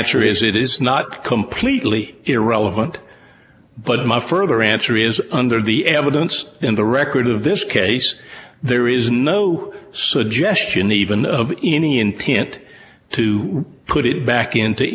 answer is it is not completely irrelevant but my further answer is under the evidence in the record of this case there is no suggestion even of any intent to put it back into